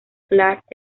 clark